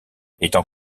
étant